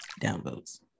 downvotes